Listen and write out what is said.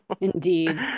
Indeed